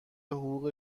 حقوق